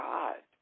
God